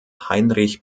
heinrich